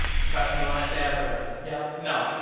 trust me when i say i've heard them. yeah no.